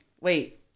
wait